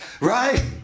Right